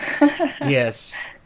Yes